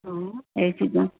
ਹਾਂ ਇਹ ਚੀਜ਼ਾਂ